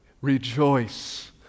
rejoice